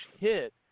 hit